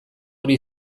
hori